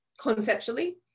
conceptually